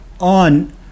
on